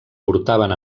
portaven